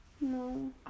No